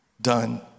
done